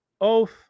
oath